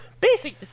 Basic